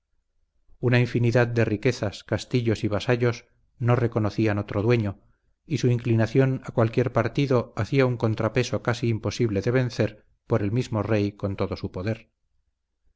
una infinidad de riquezas castillos y vasallos no reconocían otro dueño y su inclinación a cualquier partido hacía un contrapeso casi imposible de vencer por el mismo rey con todo su poder